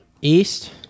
East